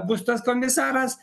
bus tas komisaras